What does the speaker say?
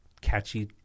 catchy